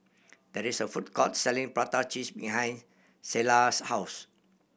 there is a food court selling prata cheese behind Sheilah's house